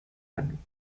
ano